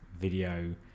video